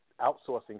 outsourcing